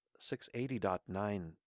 680.9